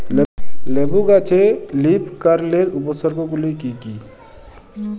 লেবু গাছে লীফকার্লের উপসর্গ গুলি কি কী?